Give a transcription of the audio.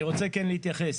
אני רוצה כן להתייחס.